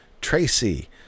Tracy